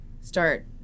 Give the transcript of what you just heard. start